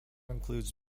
includes